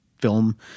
film